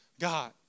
God